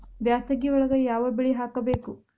ಬ್ಯಾಸಗಿ ಒಳಗ ಯಾವ ಬೆಳಿ ಹಾಕಬೇಕು?